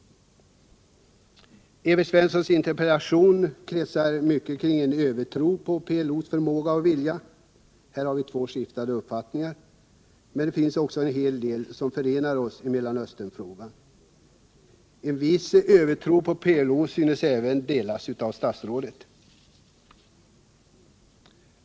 Evert Svenssons interpellation kretsar mycket kring en övertro på PLO:s förmåga och vilja. Här har vi båda skiftande uppfattningar. Men det finns också en hel del som förenar oss i Mellanösternfrågan. En viss övertro på PLO synes även statsrådet ha.